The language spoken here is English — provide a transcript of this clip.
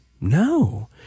No